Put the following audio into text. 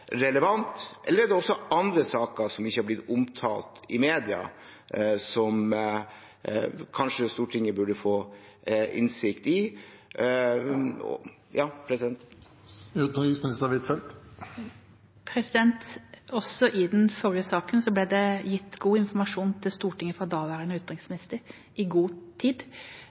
relevant, eller er det også andre saker, som ikke har blitt omtalt i media, som kanskje Stortinget burde få innsikt i? Også i den forrige saken ble det gitt god informasjon til Stortinget fra daværende utenriksminister i god tid.